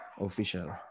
Official